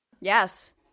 yes